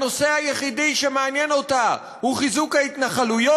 הנושא היחידי שמעניין אותה הוא חיזוק ההתנחלויות.